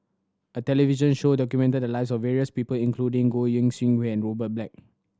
a television show documented the lives of various people including Goi Seng Hui and Robert Black